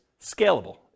scalable